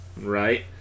Right